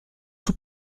sont